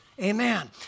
Amen